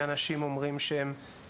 מאנשים אומרים שהם